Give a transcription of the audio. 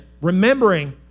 remembering